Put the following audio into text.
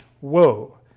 whoa